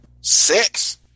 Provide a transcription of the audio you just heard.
six